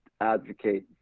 advocate